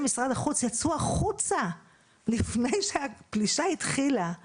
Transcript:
שאני כבר 23 שנה לא